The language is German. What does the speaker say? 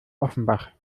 offenbach